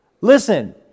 Listen